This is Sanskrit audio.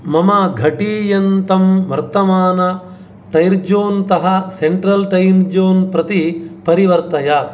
मम घटीयन्त्रं वर्तमान टैर्जोन् तः सेण्ट्रल् टैम् जोन् प्रति परिवर्तय